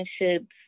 relationships